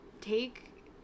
take